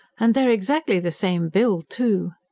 and they're exactly the same build, too.